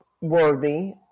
worthy